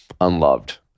unloved